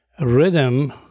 Rhythm